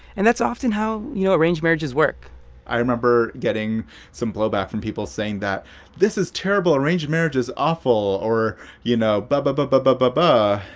and that's often how, you know, arranged marriages i remember getting some blowback from people saying that this is terrible, arranged marriage is awful or, you know, buh, buh, but buh, but buh, buh,